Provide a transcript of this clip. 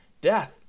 death